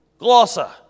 Glossa